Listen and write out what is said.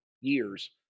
years